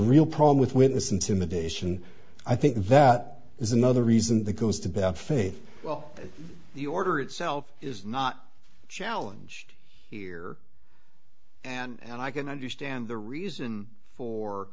real problem with witness intimidation i think that is another reason that goes to bad faith well the order itself is not challenge here and i can understand the reason for